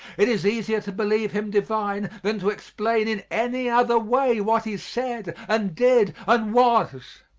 it is easier to believe him divine than to explain in any other way what he said and did and was.